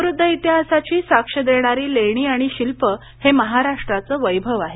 समृद्ध इतिहासाची साक्ष देणाऱ्या लेण्या आणि शिल्पे हे महाराष्ट्राचे वैभव आहे